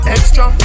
Extra